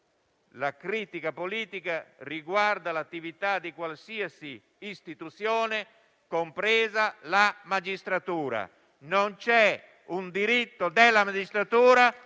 La critica politica riguarda l'attività di qualsiasi istituzione, compresa la magistratura. Non c'è un diritto della magistratura